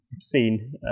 seen